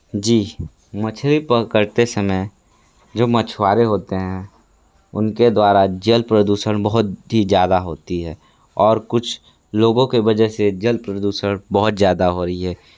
जी मछली पकड़ते समय जो मछुवारे होते हैं उनके द्वारा जल प्रदूषण बहुत ही ज़्यादा होती है और कुछ लोगों के वजह से जल प्रदूषण बहुत ज़्यादा हो रही है